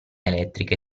elettriche